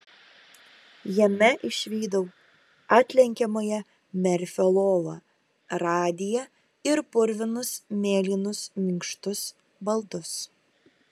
jame išvydau atlenkiamąją merfio lovą radiją ir purvinus mėlynus minkštus baldus